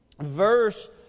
verse